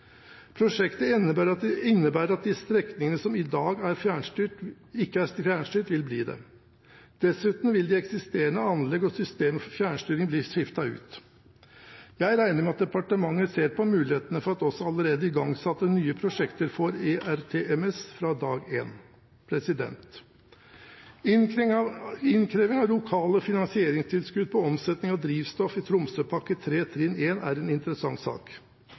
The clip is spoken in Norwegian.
Prosjektet innebærer at de strekningene som i dag ikke er fjernstyrt, vil bli det. Dessuten vil de eksisterende anlegg og systemer for fjernstyring bli skiftet ut. Jeg regner med at departementet ser på mulighetene for at også allerede igangsatte, nye prosjekter får ERTMS fra dag én. Innkreving av lokalt finansieringstilskudd på omsetning av drivstoff i Tromsøpakke 3, trinn 1, er en interessant sak.